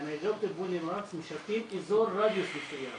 ניידות טיפול נמרץ משרתים אזור רדיוס מסוים,